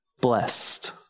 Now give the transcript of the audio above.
blessed